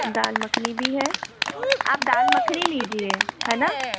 दाल मक्खनी भी है आप दाल मखनी लीजिए है ना